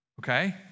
Okay